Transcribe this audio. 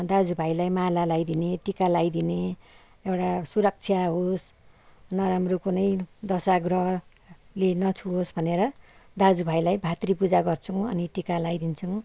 दाजु भाइलाई माला लाइदिने टिका लाइदिने एउटा सुरक्षा होस् नराम्रो कुनै दशाग्रहले नछुओस् भनेर दाजु भाइलाई भातृपूजा गर्छुङ अनि टिका लाइदिन्छुङ